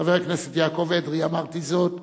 חבר הכנסת יעקב אדרי, אמרתי זאת בקואליציה,